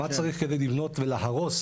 מה צריך כדי לבנות ולהרוס,